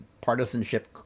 partisanship